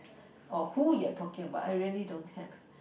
or who you are talking about